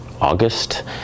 August